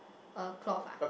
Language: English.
a cloth ah